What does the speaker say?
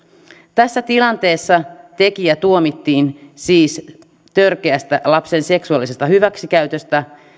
tässä tilanteessa tekijä tuomittiin siis törkeästä lapsen seksuaalisesta hyväksikäytöstä